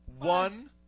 one